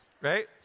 Right